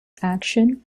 action